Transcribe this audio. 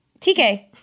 TK